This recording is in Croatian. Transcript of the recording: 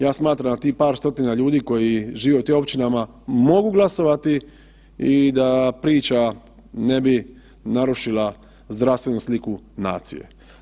Ja smatram da tih par stotina ljudi koji žive u tim općinama mogu glasovati i da priča ne bi narušila zdravstvenu sliku nacije.